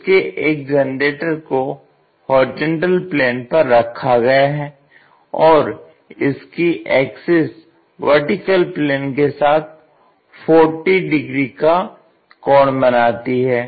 इसके एक जनरेटर को होरिजेंटल प्लेन पर रखा गया है और इसकी एक्सिस VP के सापेक्ष 40 डिग्री का कोण बनाती है